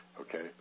okay